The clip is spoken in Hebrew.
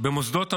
במוסדות המדינה.